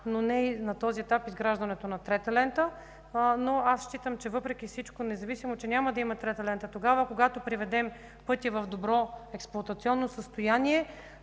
но не и на този етап изграждането на трета лента. Но аз считам, че въпреки всичко, независимо че няма да има трета лента, когато приведем пътя в добро експлоатационно състояние